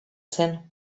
zen